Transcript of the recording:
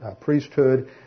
priesthood